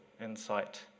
insight